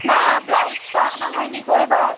না ব্লাউজ তো আনা হয়নি গো এবার